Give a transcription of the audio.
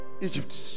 Egypt